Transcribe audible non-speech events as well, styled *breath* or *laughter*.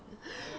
*breath*